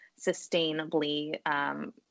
sustainably